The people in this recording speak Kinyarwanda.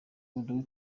ubu